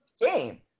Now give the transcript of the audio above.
game